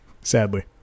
sadly